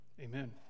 amen